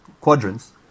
quadrants